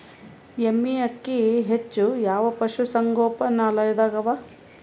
ಎಮ್ಮೆ ಅಕ್ಕಿ ಹೆಚ್ಚು ಯಾವ ಪಶುಸಂಗೋಪನಾಲಯದಾಗ ಅವಾ?